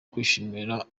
kwishimira